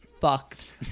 fucked